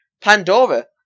pandora